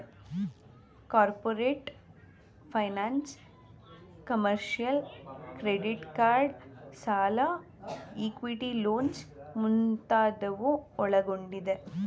corporate finance, commercial, credit card ಸಾಲ, equity loans ಮುಂತಾದವು ಒಳಗೊಂಡಿದೆ